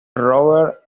robert